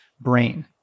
brain